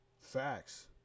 Facts